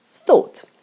thought